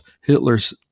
Hitler's